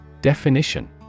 Definition